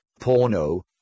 Porno